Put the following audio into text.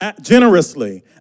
generously